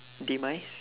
demise